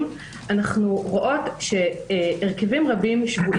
אנו חושבים שגם כאן יש צורך בהכשרות ייחודיות לשופטים כדי שיבינו